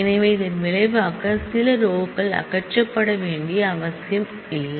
எனவே இதன் விளைவாக சில ரோ கள் எலிமினேட் செய்ய வேண்டிய அவசியமில்லை